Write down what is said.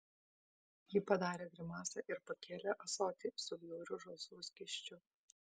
ji padarė grimasą ir pakėlė ąsotį su bjauriu žalsvu skysčiu